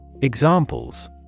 Examples